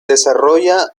desarrolla